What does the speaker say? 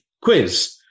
quiz